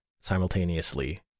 simultaneously